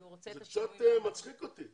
זה קצת מצחיק אותי.